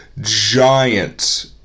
giant